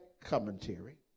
commentary